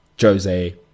Jose